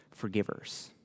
forgivers